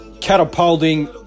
catapulting